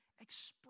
express